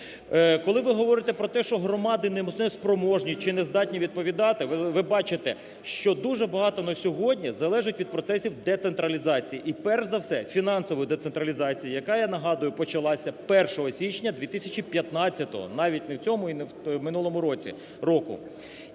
коли ви говорите про те, що громади не спроможні чи не здатні відповідати, ви бачите, що дуже багато на сьогодні залежить від процесів децентралізації і перш за все фінансової децентралізації, яка, я нагадую, почалась 1 січня 2015, навіть не в цьому і в минулому році.